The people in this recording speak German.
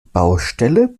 baustelle